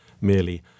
merely